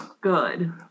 good